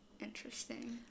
interesting